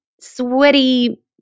sweaty